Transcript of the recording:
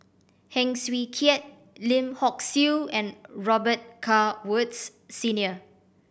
Heng Swee Keat Lim Hock Siew and Robet Carr Woods Senior